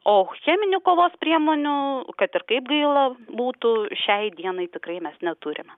o cheminių kovos priemonių kad ir kaip gaila būtų šiai dienai tikrai mes neturime